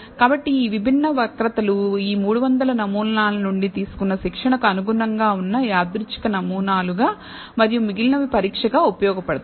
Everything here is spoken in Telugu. కాబట్టి ఈ విభిన్న వక్రతలు ఈ 300 నమూనాల నుండి తీసుకున్న శిక్షణ కు అనుగుణంగా ఉన్న యాదృచ్ఛిక నమూనాలు గా మరియు మిగిలినవి పరీక్షగా ఉపయోగించబడతాయి